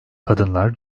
kadınlar